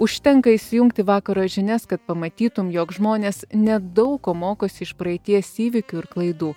užtenka įsijungti vakaro žinias kad pamatytum jog žmonės ne daug ko mokosi iš praeities įvykių ir klaidų